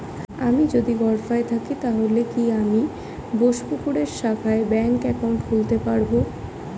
আমি যদি গরফায়ে থাকি তাহলে কি আমি বোসপুকুরের শাখায় ব্যঙ্ক একাউন্ট খুলতে পারবো?